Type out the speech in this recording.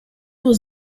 was